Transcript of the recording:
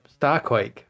Starquake